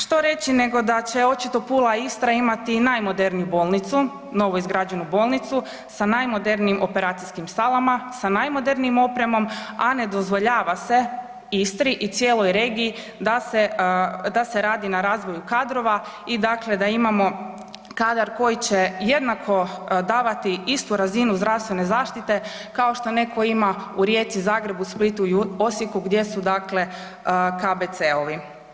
Što reći nego da će očito Pula i Istra imati najmoderniju bolnicu, novoizgrađenu bolnicu sa najmodernijim operacijskim salama, sa najmodernijom opremom, a ne dozvoljava se Istri i cijeloj regiji da se radi na razvoju kadrova i dakle da imamo kadar koji će jednako davati istu razinu zdravstvene zaštite kao što netko ima u Rijeci, Zagrebu, Splitu i Osijeku gdje su dakle KBC-ovi.